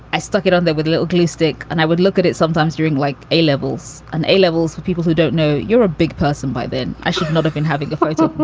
i stuck it on there with a little plastic and i would look at it sometimes during like a levels and a levels for people who don't know you're a big person. by then i should not have been having a photo.